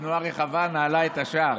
בתנועה רחבה, נעלה את השער".